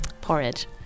porridge